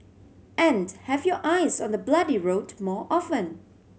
and have your eyes on the bloody road more often